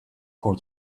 for